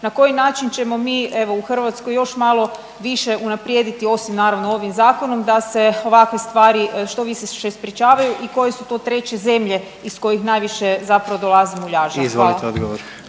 na koji način ćemo mi evo u Hrvatskoj još malo više unaprijediti osim naravno ovim zakonom da se ovakve stvari što više sprječavaju i koje su to treće zemlje iz kojih najviše zapravo dolazi muljaža? Hvala.